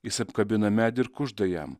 jis apkabina medį ir kužda jam